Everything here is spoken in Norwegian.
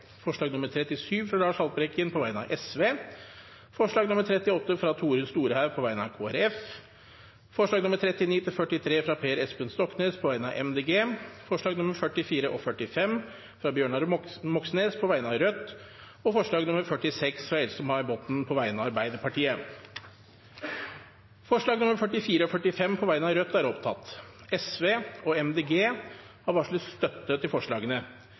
forslag nr. 37, fra Lars Haltbrekken på vegne av Sosialistisk Venstreparti forslag nr. 38, fra Tore Storehaug på vegne av Kristelig Folkeparti forslagene nr. 39–43, fra Per Espen Stoknes på vegne av Miljøpartiet De Grønne forslagene nr. 44 og 45, fra Bjørnar Moxnes på vegne av Rødt forslag nr. 46, fra Else-May Botten på vegne av Arbeiderpartiet Det voteres over forslagene nr. 44 og 45, fra Rødt. Forslag nr. 44 lyder: «Stortinget ber regjeringen utrede organiseringen av avfallsbransjen, og i utredningen se på